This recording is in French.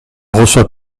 reçoit